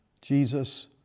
Jesus